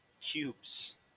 cubes